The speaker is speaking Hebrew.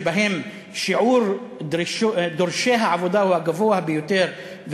שבהם שיעור האבטלה ודורשי העבודה הוא הגבוה ביותר,